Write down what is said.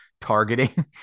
targeting